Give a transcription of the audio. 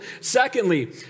Secondly